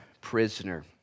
prisoner